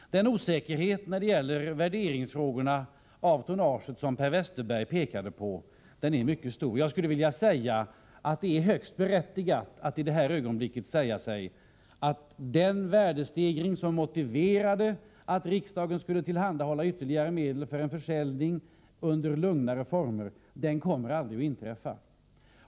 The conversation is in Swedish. Den osäkerhet när det gäller värderingen av tonnaget som Per Westerberg pekade på är mycket stor. Jag skulle vilja säga att det är högst berättigat att i detta ögonblick säga att den värdestegring som motiverade att riksdagen skulle tillhandahålla ytterligare medel för en försäljning under lugnare former aldrig kommer att inträffa.